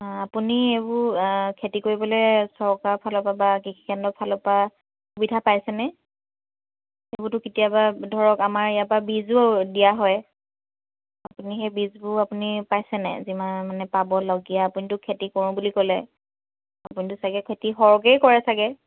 আপুনি এইবোৰ খেতি কৰিবলৈ চৰকাৰৰ ফালৰ পৰা বা কৃষি কেন্দ্ৰৰ ফালৰ পৰা সুবিধা পাইছেনে সেইবোৰটো কেতিয়াবা ধৰক আমাৰ ইয়াৰ পৰা বীজো দিয়া হয় আপুনি সেই বীজবোৰ আপুনি পাইছে নাই যিমান মানে পাবলগীয়া আপুনিটো খেতি কৰোঁ বুলি ক'লে আপুনিতো চাগে খেতি সৰহকৈয়ে কৰে চাগে